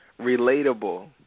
relatable